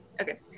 Okay